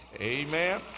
Amen